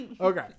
okay